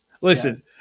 Listen